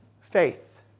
faith